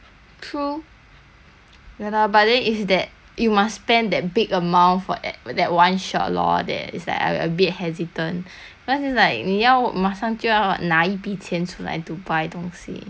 ya lah but then it's that you must spend that big amount for a~ that one shot lor that is like I'm a bit hesitant because it's like 你要马上就要拿一笔钱出来 to buy 东西